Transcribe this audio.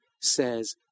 says